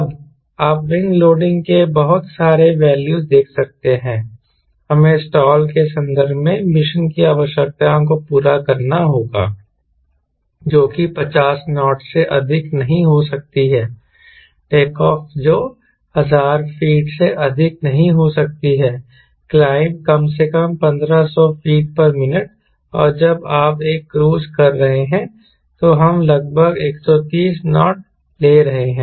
अब आप wing loading के बहुत सारे वैल्यूज़ देख सकते हैं हमें स्टाल के संदर्भ में मिशन की आवश्यकताओं को पूरा करना होगा जो कि 50 नॉट से अधिक नहीं हो सकती है टेक ऑफ जो 1000 फीट से अधिक नहीं हो सकती है क्लाइंब कम से कम 1500 फीट मिनट और जब आप एक क्रूज कर रहे हैं तो हम लगभग 130 नॉट ले रहे हैं